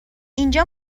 اینجا